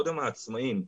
קודם העצמאים,